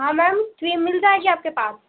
हाँ ma'am cream मिल जाएगी आपके पास